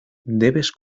debes